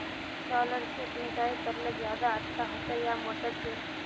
Solar से सिंचाई करले ज्यादा अच्छा होचे या मोटर से?